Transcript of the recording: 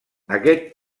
aquest